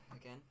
again